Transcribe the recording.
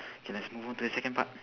K let's move on to the second part